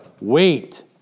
wait